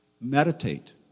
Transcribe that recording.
Meditate